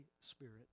Spirit